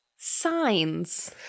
signs